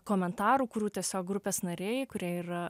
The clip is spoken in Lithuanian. komentarų kurių tiesiog grupės nariai kurie yra